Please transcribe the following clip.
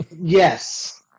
Yes